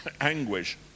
anguish